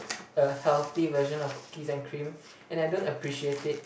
a healthy version of cookies and cream and I don't appreciate it